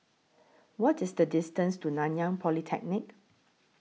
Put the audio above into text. What IS The distance to Nanyang Polytechnic